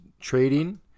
trading